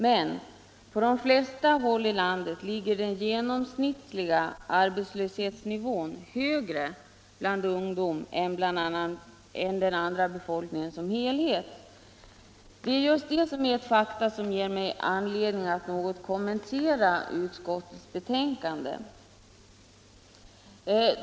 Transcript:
Men på de flesta håll i landet ligger den genomsnittliga arbetslöshetsnivån högre för ungdomen än för befolkningen i dess helhet. Just dessa fakta ger mig anledning att något kommentera utskottets betänkande.